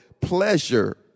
pleasure